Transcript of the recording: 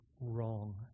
wrong